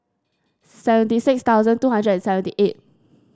seventy six thousand two hundred and seventy eight